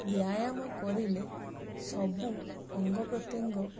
ବ୍ୟାୟାମ କରିଲେ ସବୁ ଅଙ୍ଗ ପ୍ରତ୍ୟଙ୍ଗ